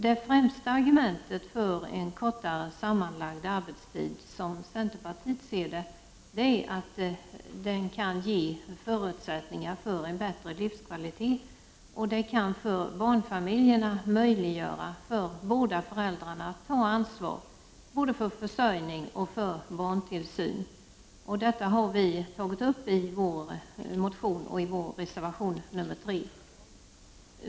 Det främsta argumentet för en kortare sammanlagd lönearbetstid är — som centerpartiet ser det — att den kan ge förutsättningar för en bättre livskvalitet och för barnfamiljerna möjliggöra för båda föräldrarna att ta ansvar för försörjning och barntillsyn. Detta har vi tagit upp i vår motion och i vår reservation nr 3.